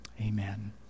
amen